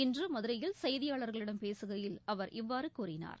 இன்று மதுரையில் செய்தியாளர்களிடம் பேசுகையில் அவர் இவ்வாறு கூறினார்